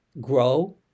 grow